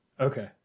Okay